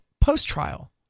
post-trial